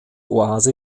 oase